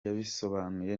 yabisobanuye